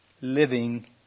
living